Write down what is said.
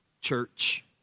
church